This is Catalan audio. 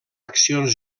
accions